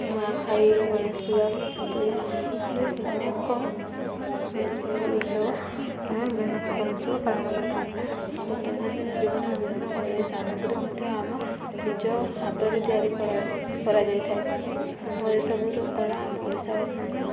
ନୂଆଖାଇ ଗଣେଶ ପୂଜା ସରସ୍ଵତୀ ପୂଜା ଭଳି ଅନେକ ସୁନ୍ଦର ସୁନ୍ଦର ଉତ୍ସବ ଆମେ ବିଭିନ୍ନ ପ୍ରକାର ଉତ୍ସବ ପାଳନ କରିଥାଉ ଆମ ଦୈନନ୍ଦିନ ଜୀବନରେ ବିଭିନ୍ନ ଘରୋଇ ସାମଗ୍ରୀ ମଧ୍ୟ ଆମ ନିଜ ହାତରେ ତିଆରି କରାଯାଇଥାଏ ଓ ଏସବୁର କଳା ଆମ ଓଡ଼ିଶାବାସୀଙ୍କ